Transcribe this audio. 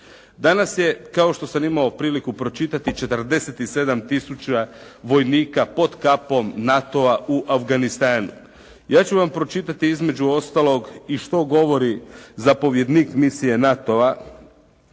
Danas je kao što sam imao priliku pročitati 47 tisuća vojnika pod kapom NATO-a u Afganistanu. Ja ću vam pročitati između ostalog i što govori zapovjednik misije NATO-a